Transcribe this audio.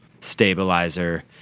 stabilizer